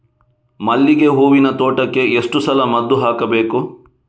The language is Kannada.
ಮಲ್ಲಿಗೆ ಹೂವಿನ ತೋಟಕ್ಕೆ ಎಷ್ಟು ಸಲ ಮದ್ದು ಹಾಕಬೇಕು?